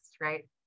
right